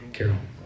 Carol